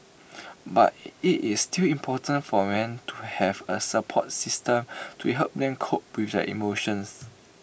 but IT is still important for men to have A support system to help them cope with their emotions